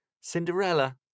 Cinderella